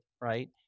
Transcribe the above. right